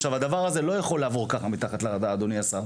עכשיו הדבר הזה לא יכול לעבור ככה מתחת לרדאר אדוני השר,